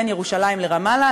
בין ירושלים לרמאללה,